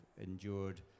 endured